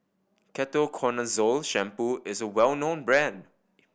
Ketoconazole Shampoo is a well known brand